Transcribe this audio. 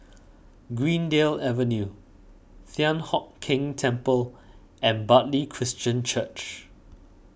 Greendale Avenue Thian Hock Keng Temple and Bartley Christian Church